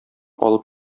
алып